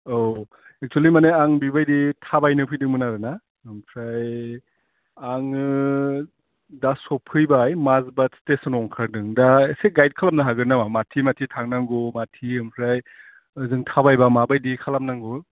औ एकसुयेलि आं माने बेबादि थाबायनो फैदोंमोन आरो ना ओमफ्राय आङो दा सौफैबाय माजबाट स्टेसनाव ओंखारदों दा एसे गाइद खालामनो हागोन नामा बबेथिं बबेथिं थांनांगौ बबेथिं ओमफ्राय ओजों थाबायबा माबायदि खालामनांगौ